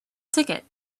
ticket